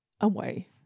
away